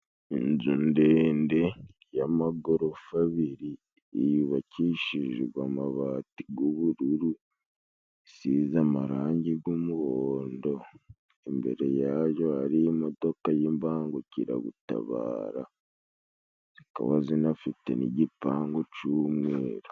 Inzu ndende y'amagorofa abiri yubakishijwe amabati g'ubururu, isize amarangi g'umuhondo, imbere yayo hari imodoka y'imbangukiragutabara, zikaba zinafite n'igipangu c'umweru.